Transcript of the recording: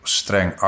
streng